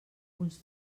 uns